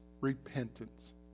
repentance